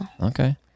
Okay